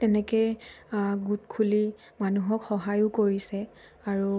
তেনেকৈ গোট খুলি মানুহক সহায়ো কৰিছে আৰু